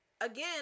again